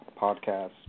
podcast